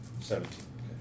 Seventeen